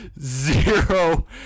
Zero